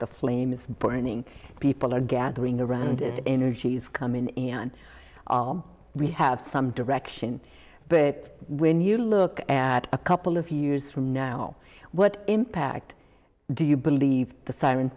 the flame is burning people are gathering around it energies come in are we have some direction but when you look at a couple of years from now what impact do you believe the si